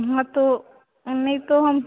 हाँ तो नहीं तो हम